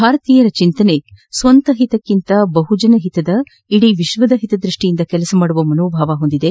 ಭಾರತೀಯರ ಚಿಂತನೆಯು ಸ್ವಂತ ಹಿತಕ್ಕಿಂತ ಬಹುಜನ ಹಿತದ ಇಡೀ ವಿಶ್ವದ ಹಿತದೃಷ್ವಿಯಿಂದ ಕೆಲಸ ಮಾಡುವ ಮನೋಭಾವ ಹೊಂದಿದೆ